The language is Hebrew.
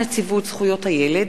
הצעת חוק נציבות זכויות הילד,